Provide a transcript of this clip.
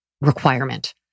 requirement